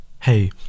hey